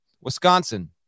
Wisconsin